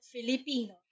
Filipino